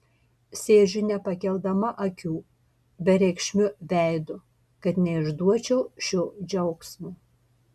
sėdžiu nepakeldama akių bereikšmiu veidu kad neišduočiau šio džiaugsmo